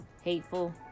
hateful